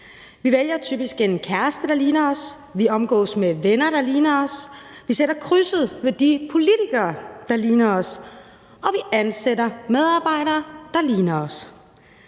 Vi vælger typisk en kæreste, der ligner os selv. Vi omgås med venner, der ligner os selv. Vi sætter krydset ved de politikere, der ligner os selv. Og vi ansætter medarbejdere, der ligner os